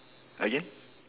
again